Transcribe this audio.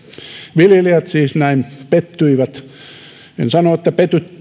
viljelijät siis näin pettyivät en sano että